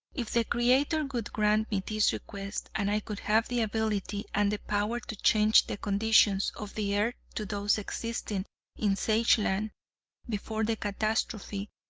if the creator would grant me this request, and i could have the ability and the power to change the conditions of the earth to those existing in sageland before the catastrophe,